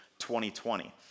2020